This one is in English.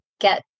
get